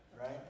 right